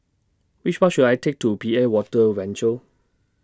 Which Bus should I Take to P A Water Venture